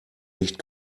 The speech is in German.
nicht